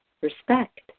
Respect